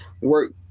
Work